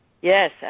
Yes